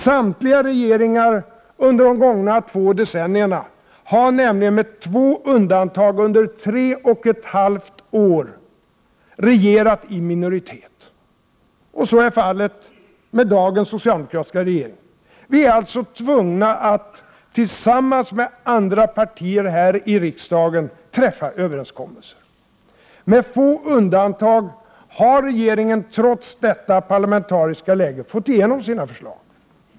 Samtliga regeringar under de gångna två decennierna har nämligen — med två undantag under tre och ett halvt år — regerat i minoritet. Så är även fallet med dagens socialdemokratiska regering. Vi är alltså tvungna att tillsammans med andra partier här i riksdagen träffa överenskommelser. Med få undantag har regeringen trots detta parlamentariska läge fått igenom sina förslag.